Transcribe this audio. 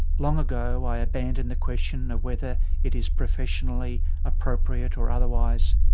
long ago i abandoned the question of whether it is professionally appropriate or otherwise.